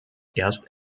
erst